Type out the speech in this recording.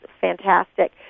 fantastic